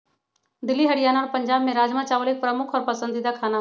दिल्ली हरियाणा और पंजाब में राजमा चावल एक प्रमुख और पसंदीदा खाना हई